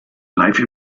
live